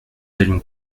allions